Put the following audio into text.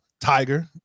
Tiger